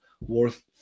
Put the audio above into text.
worth